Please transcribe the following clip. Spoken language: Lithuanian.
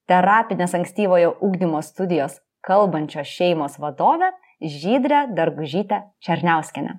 terapinės ankstyvojo ugdymo studijos kalbančios šeimos vadove žydre dargužyte černiauskiene